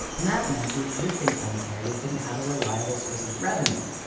and that meant the existing cemeteries didn't have a reliable source of revenue.